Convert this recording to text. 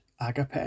agape